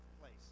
place